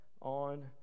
on